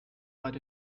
but